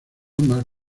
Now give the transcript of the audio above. más